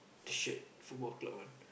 shirt Football Club one